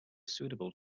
suitable